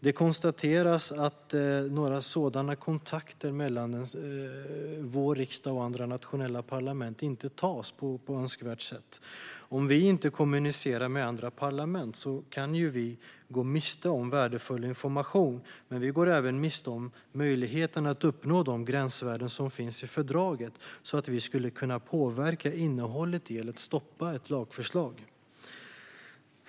Det konstateras att några sådana kontakter mellan vår riksdag och andra nationella parlament inte tas på önskvärt sätt. Om vi inte kommunicerar med andra parlament kan vi gå miste om värdefull information, men vi går även miste om möjligheten att uppnå de gränsvärden som finns i fördraget för att kunna påverka innehållet i eller stoppa ett lagförslag.